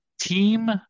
team